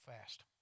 fast